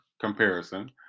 comparison